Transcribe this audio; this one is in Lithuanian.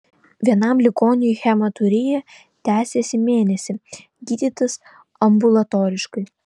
vienam ligoniui hematurija tęsėsi mėnesį gydytas ambulatoriškai